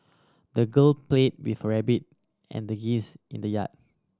the girl played with her rabbit and the geese in the yard